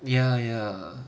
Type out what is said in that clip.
ya ya